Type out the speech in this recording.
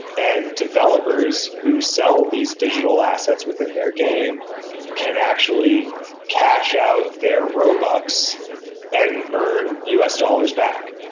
and developers who sell these digital assets within their game can actually cash out their robux and earn u s. dollars back.